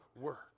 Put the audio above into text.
work